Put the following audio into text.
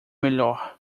melhor